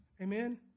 Amen